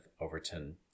Overton